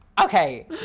Okay